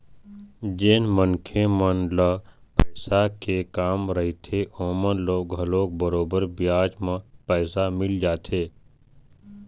जेन मनखे मन ल पइसा के काम रहिथे ओमन ल घलोक बरोबर बियाज म पइसा मिल जाथे